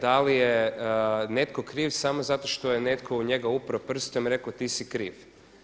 Da li je netko kriv samo zato što je netko u njega upro prstom i rekao ti si kriv?